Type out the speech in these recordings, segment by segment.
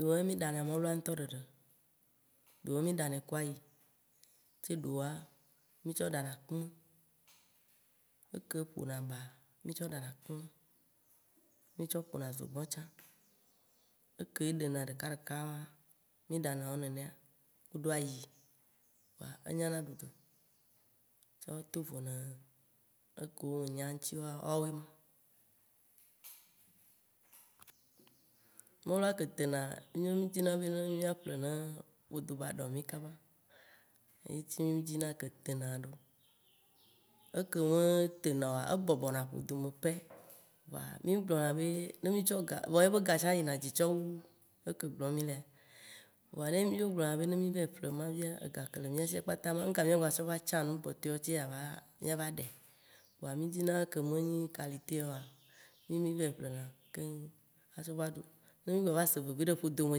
Ɖewoa mì ɖana mɔlua ŋtɔ ɖeɖe, ɖewo mì ɖanɛ ku ayi ce ɖewoa, mì tsɔ ɖana akume, eke ƒona ba, mì tsɔ ɖana akume, mì tsɔ ƒona zogbɔ̃ tsã. Eke ɖena ɖeka ɖeka, mì ɖana wo nenea, kudo ayi kpoa enyana ɖuɖu. Tsɔ tovo na, ekewo menya eŋutia woawoe ma. Mɔlua ke tena, ye mìawo mì dzina be mìaƒle ne ƒodo ba ɖɔ mì kaba, ye ŋti mì dzina ke tena ɖo. Eke me tena oa ebɔbɔ na ƒodo me pɛ, voa, mì gblɔna be ne mì tsɔ ga vɔa ye be ga tsã yina dzi tsɔ wu eke gblɔ mì lea. Kpoa mì gblɔna be, ne mì va yi ƒle ema fia, ega ke le mìasi kpata ye ma, ŋka mìa gba tsɔ va tsã nu kpɔtɔɛawo ce ava mìava ɖae. Kpoa mì dzina ke me nyi kalitea oa, ye mì va yi ƒlena keŋ atsɔ va ɖu. Ne mì gba va se vevi ɖe fodo me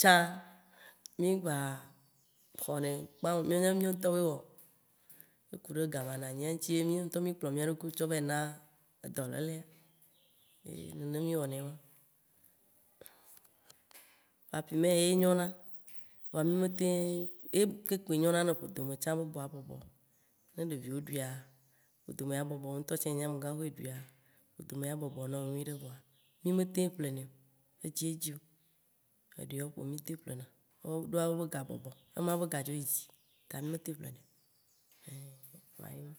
tsã, mì ŋgba xɔnɛ kpãm o, mì nya na be mìɔ ŋtɔwoe wɔ, he kuɖe ga ma na nyia ŋti ye miɔtɔwo mìkplɔ mìa ɖokuiwo na dɔlele, nene mì wɔ nɛ ye ma. Parfumea ye nyo na voa mì me tem eye ke kpoe nyona ne ƒodo me tsã boabɔbɔ. Ne ɖeviwo ɖuia ƒodome abɔbɔ, wo ŋtɔ tsã ye nye amegãxoxo ye eduia, ƒodo me abɔbɔ nɔ nyuiɖe vɔa, mì me tem ƒlenae edzidzi o, eɖea kpo mì tem ƒlena ɖoa wo be ga bɔbɔ, ema be ga dzo yi dzi ta mì me tem ƒlenɛo ein Kpoa yema.